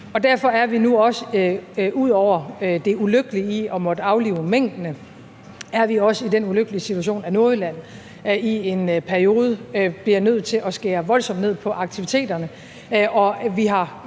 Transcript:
Derfor er vi nu, ud over det ulykkelige i at måtte aflive minkene, også i den ulykkelige situation, at Nordjylland i en periode bliver nødt til at skære voldsomt ned på aktiviteterne,